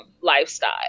lifestyle